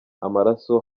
amaraso